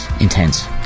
intense